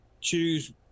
choose